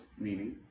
meaning